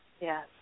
Yes